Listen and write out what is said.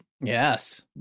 Yes